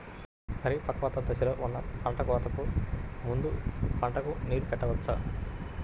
పరిపక్వత దశలో ఉన్న పంట కోతకు ముందు పంటకు నీరు పెట్టవచ్చా?